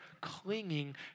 clinging